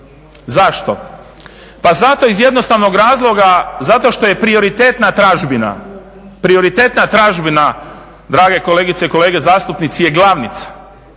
zašto? Pa zato, iz jednostavnog razloga, zato što je prioritetna tražbina, prioritetna tražbina drage kolegice i kolege zastupnici je glavnica,